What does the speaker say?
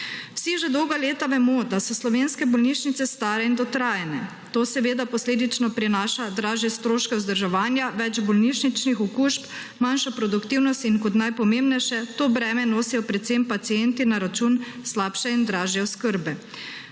Vsi že dolga leta vemo, da so slovenske bolnišnice stare in dotrajane. To seveda posledično prinaša dražje stroške vzdrževanja, več bolnišničnih okužb, manjšo produktivnost in kot najpomembnejše, to breme nosijo predvsem pacienti na račun slabše in dražje oskrbe.